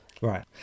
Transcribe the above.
right